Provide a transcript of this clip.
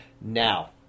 now